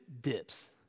dips